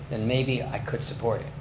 then maybe i could support it,